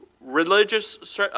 religious